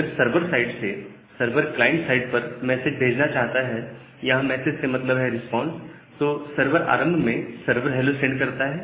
अगर server side से server client side पर मैसेज भेजना चाहता है यहां मैसेज से मतलब है रिस्पांस तो सर्वर आरंभ में सर्वर हैलो सेंड करता है